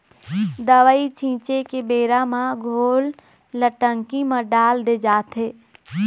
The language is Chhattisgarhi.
दवई छिंचे के बेरा म घोल ल टंकी म डाल दे जाथे